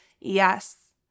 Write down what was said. Yes